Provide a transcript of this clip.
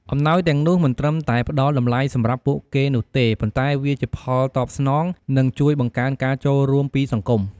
អំណោយទាំងនោះមិនត្រឹមតែផ្តល់តម្លៃសម្រាប់ពួកគេនោះទេ ប៉ុន្តែវាជាផលតបស្នង និងជួយបង្កើនការចូលរួមពីសង្គម។